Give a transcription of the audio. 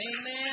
amen